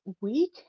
week